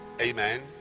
Amen